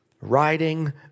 riding